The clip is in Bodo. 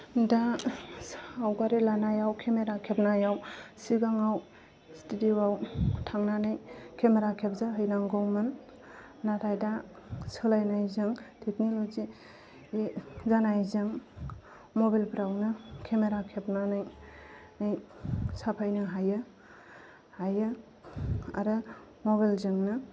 दा सावगारि लानायाव केमेरा खेबनायाव सिगांआव स्टुदिअआव थांनानै केमेरा खेबजाहैनांगौमोन नाथाय दा सोलायनायजों टेकनलजिनि जानायजों मबाइलफोरावनो केमेरा खेबनानै नै साफायनो हायो हायो आरो मबाइलजोंनो